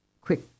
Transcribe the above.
quick